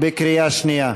בקריאה שנייה.